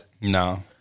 No